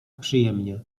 przyjemnie